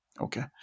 Okay